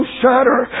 shatter